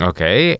Okay